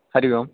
हरिः ओं